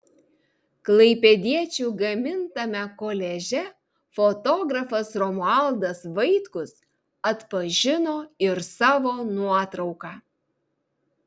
klaipėdiečių gamintame koliaže fotografas romualdas vaitkus atpažino ir savo nuotrauką